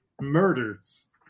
murders